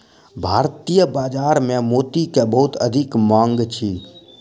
भारतीय बाजार में मोती के बहुत अधिक मांग अछि